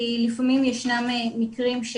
כי לפעמים ישנם מקרים,